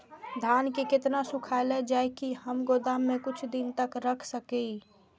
धान के केतना सुखायल जाय की हम गोदाम में कुछ दिन तक रख सकिए?